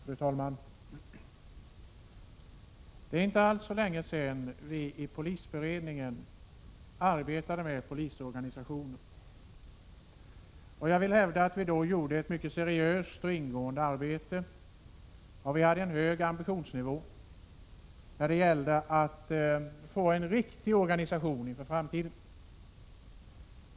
Fru talman! Det är inte alls länge sedan vi i polisberedningen arbetade med polisorganisationen. Jag vill hävda att vi då gjorde ett mycket seriöst och ingående arbete, och vi hade en hög ambitionsnivå när det gällde att utforma en riktig organisation inför framtiden.